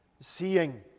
seeing